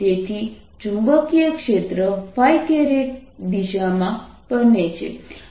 તેથી ચુંબકીય ક્ષેત્ર દિશામાં બને છે